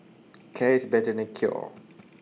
care is better than cure